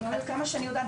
עד כמה שאני יודעת,